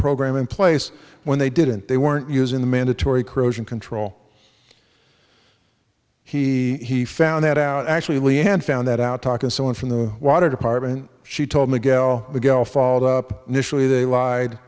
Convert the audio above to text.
program in place when they didn't they weren't using the mandatory corrosion control he he found that out actually and found that out talking to someone from the water department she told me go the gal followed up initially they lied